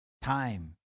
Time